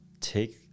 take